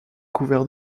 couvert